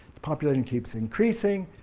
the population keeps increasing.